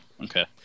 okay